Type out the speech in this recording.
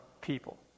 people